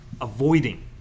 avoiding